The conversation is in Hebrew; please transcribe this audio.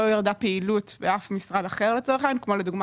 לא ירדה פעילות באף משרד אחר כמו לדוגמה